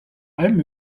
allem